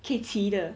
可以骑的